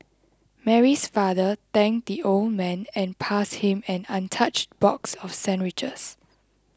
Mary's father thanked the old man and passed him an untouched box of sandwiches